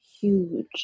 huge